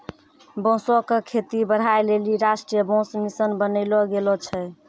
बांसो क खेती बढ़ाय लेलि राष्ट्रीय बांस मिशन बनैलो गेलो छै